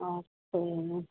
okay